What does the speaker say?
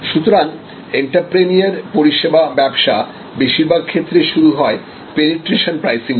সুতরাং এন্ত্রেপ্রেনিউর পরিষেবা ব্যবসা বেশিরভাগ ক্ষেত্রে শুরু হয় পেনিট্রেশন প্রাইসিং দিয়ে